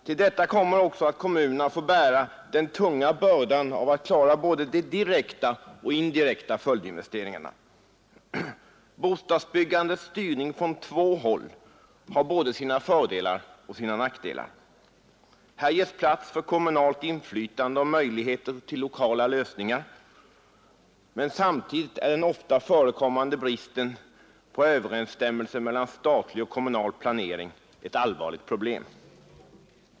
Till detta kommer också att kommunerna får bära den tunga bördan av att klara både de direkta och indirekta följdinvesteringarna. Bostadsbyggandets styrning från två håll har både sina fördelar och sina nackdelar. Här ges plats för kommunalt inflytande och möjligheter till lokala lösningar, men samtidigt är den ofta förekommande bristen på överensstämmelse mellan statlig och kommunal planering ett allvarligt problem.